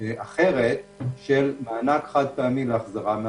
אחרת של מענק חד-פעמי להחזרה מהחל"ת.